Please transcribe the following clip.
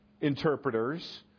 interpreters